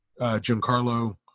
Giancarlo